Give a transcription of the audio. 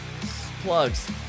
plugs